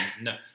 No